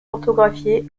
orthographié